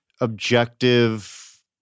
objective